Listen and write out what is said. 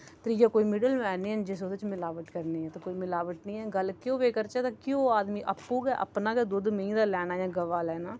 त्रिया कोई middle man निं ऐ जिस ओह्दे च मिलावट करनी ऐ ते कोई मिलावट निं ऐ गल्ल घ्यो दी करचै तां घ्यो आदमी आपुं गै अपना गै दुद्ध मैंही दा लैना जां गवा लैना